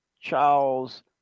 Charles